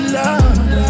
love